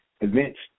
events